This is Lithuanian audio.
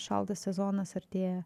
šaltas sezonas artėja